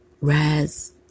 Raz